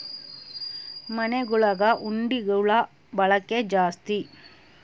ಮನೆಗುಳಗ ಹುಂಡಿಗುಳ ಬಳಕೆ ಜಾಸ್ತಿ